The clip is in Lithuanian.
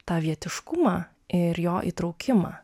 tą vietiškumą ir jo įtraukimą